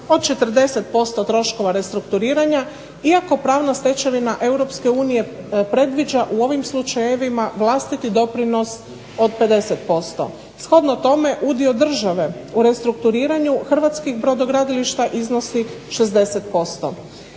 od 40% troškova restrukturiranja, iako pravna stečevina Europske unije predviđa u ovim slučajevima vlastiti doprinos od 50%. Shodno tome, udio države u restrukturiranju hrvatskih brodogradilišta iznosi 60%.